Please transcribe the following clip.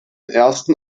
ersten